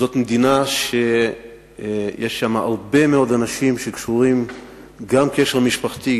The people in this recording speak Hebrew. זאת מדינה שיש שם הרבה מאוד אנשים שקשורים גם קשר משפחתי,